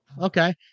okay